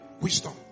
Wisdom